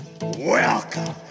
Welcome